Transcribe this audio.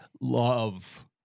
love